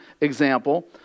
example